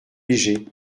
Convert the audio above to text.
léger